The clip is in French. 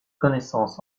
connaissance